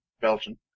Belgian